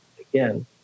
again